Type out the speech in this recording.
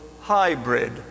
hybrid